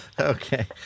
Okay